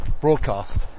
broadcast